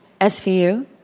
SVU